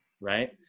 Right